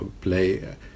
play